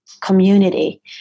community